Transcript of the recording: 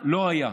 לא היה,